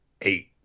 eight